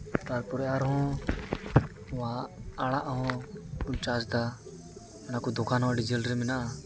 ᱛᱟᱨᱯᱚᱨᱮ ᱟᱨᱦᱚᱸ ᱟᱵᱚᱣᱟᱜ ᱟᱲᱟᱜ ᱦᱚᱸ ᱪᱟᱥᱮᱫᱟ ᱚᱱᱟ ᱠᱚ ᱫᱚᱠᱟᱱ ᱦᱚᱸ ᱟᱹᱰᱤ ᱡᱷᱟᱹᱞ ᱨᱮ ᱢᱮᱱᱟᱜᱼᱟ